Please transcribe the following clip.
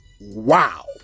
Wow